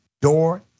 door